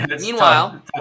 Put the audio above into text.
meanwhile